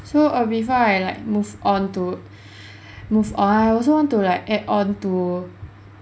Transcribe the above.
so err before I like move onto move on I also want to like add on to